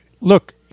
look